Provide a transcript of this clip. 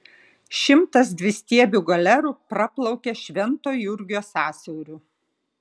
šimtas dvistiebių galerų praplaukė švento jurgio sąsiauriu